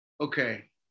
okay